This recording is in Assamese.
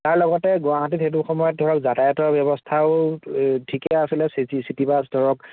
তাৰ লগতে গুৱাহাটীত সেইটো সময়ত ধৰক যাতায়তৰ ব্যৱস্থাও ঠিকে আছিলে চি চিটি বাছ ধৰক